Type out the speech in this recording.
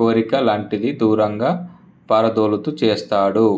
కోరిక లాంటిది దూరంగా పారదోలుతూ చేస్తాడు